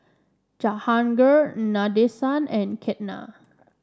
Jahangir Nadesan and Ketna